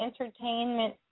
entertainment